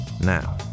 Now